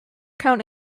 count